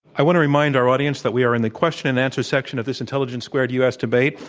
i want to remind our audience that we are in the question-and-answer section of this intelligence squared u. s. debate.